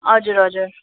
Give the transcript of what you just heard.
हजुर हजुर